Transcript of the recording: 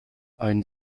ein